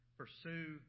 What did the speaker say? pursue